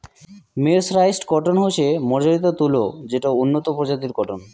mercerised cotton হসে মার্জারিত তুলো যেটো উন্নত প্রজাতির কটন